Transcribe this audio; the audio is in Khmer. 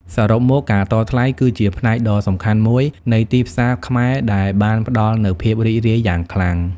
សរុបមក ការតថ្លៃគឺជាផ្នែកដ៏សំខាន់មួយនៃទីផ្សារខ្មែរដែលបានផ្តល់នូវភាពរីករាយយ៉ាងខ្លាំង។